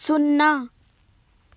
సున్నా